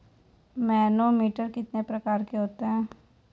Manometer कितने प्रकार के होते हैं?